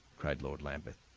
cried lord lambeth.